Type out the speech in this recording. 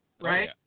right